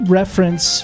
reference